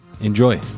Enjoy